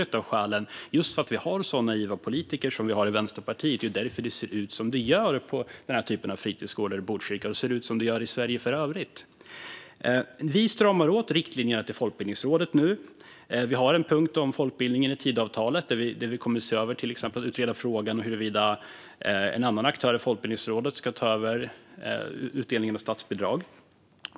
Ett av skälen till att det ser ut som det gör på den här typen av fritidsgårdar i Botkyrka och i Sverige för övrigt är just för att vi har så naiva politiker som vi har i Vänsterpartiet. Vi stramar nu åt riktlinjerna för Folkbildningsrådet. Vi har en punkt om folkbildningen i Tidöavtalet där vi till exempel kommer att utreda frågan huruvida en annan aktör än Folkbildningsrådet ska ta över utdelningen av statsbidrag.